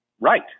Right